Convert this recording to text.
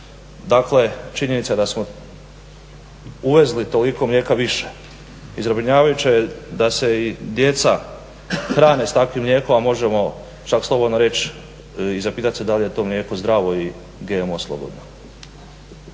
Dakle, činjenica da smo uvezli toliko mlijeka više i zabrinjavajuće je da se i djeca hrane s takvim mlijeko, a možemo čak slobodno reći i zapitat se da li je to mlijeko zdravo i GMO slobodno.